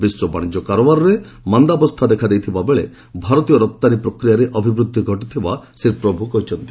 ବିଶ୍ୱ ବାଣିଜ୍ୟ କାରବାରରେ ମାନ୍ଦା ଅବସ୍ଥା ଦେଖାଦେଇଥିବା ବେଳେ ଭାରତୀୟ ରପ୍ତାନୀ ପ୍ରକ୍ରିୟାରେ ଅଭିବୃଦ୍ଧି ଘଟିଛି ବୋଲି ଶ୍ରୀ ପ୍ରଭ୍ କହିଚ୍ଛନ୍ତି